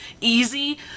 easy